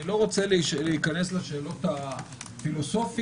אני לא רוצה להיכנס לשאלות הפילוסופיות.